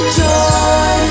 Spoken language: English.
joy